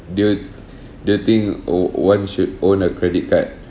do you do you think o~ one should own a credit card